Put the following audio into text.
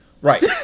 Right